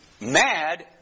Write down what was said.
mad